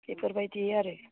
बेफोरबायदि आरो